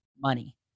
money